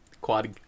quad